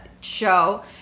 show